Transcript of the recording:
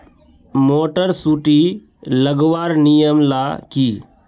Motor सुटी लगवार नियम ला की?